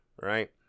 Right